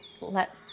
let